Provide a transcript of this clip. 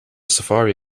safari